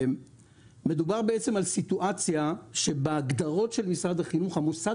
מדובר על סיטואציה שבהגדרות של משרד החינוך המוסד